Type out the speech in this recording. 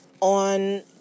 on